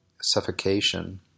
suffocation